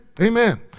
Amen